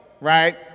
right